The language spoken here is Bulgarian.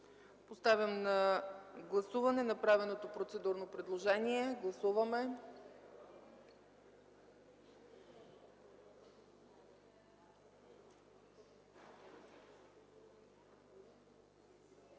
Подлагам на гласуване направеното процедурно предложение. Гласували